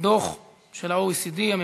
תוצאות ההצבעה: תשעה בעד,